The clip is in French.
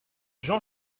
jean